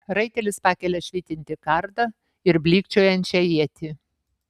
raitelis pakelia švytintį kardą ir blykčiojančią ietį